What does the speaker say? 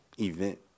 event